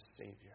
Savior